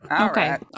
Okay